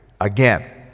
Again